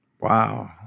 Wow